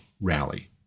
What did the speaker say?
rally